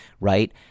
right